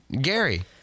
Gary